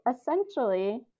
essentially